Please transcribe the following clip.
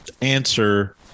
answer